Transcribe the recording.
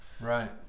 Right